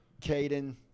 Caden